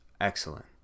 Excellent